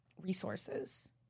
resources